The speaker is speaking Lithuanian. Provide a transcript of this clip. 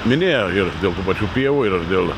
minėjo ir dėl tų pačių pievų ir dėl